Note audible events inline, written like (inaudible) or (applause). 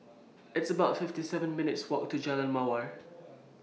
It's about fifty seven minutes' Walk to Jalan Mawar (noise)